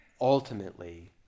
Ultimately